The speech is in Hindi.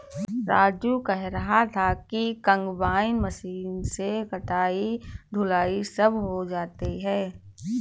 राजू कह रहा था कि कंबाइन मशीन से कटाई धुलाई सब हो जाती है